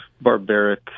barbaric